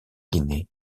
guinée